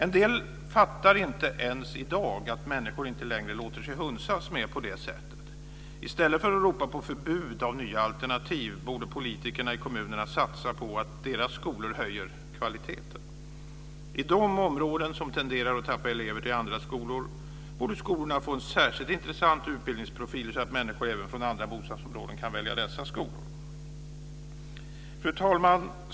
En del fattar inte ens i dag att människor inte längre låter sig hunsas på det sättet. I stället för att ropa på förbud för nya alternativ borde politikerna i kommunerna satsa på att deras skolor höjer kvaliteten. I de områden som tenderar att tappa elever till andra skolor borde skolorna få en särskilt intressant utbildningsprofil så att människor även från andra bostadsområden kan välja dessa skolor. Fru talman!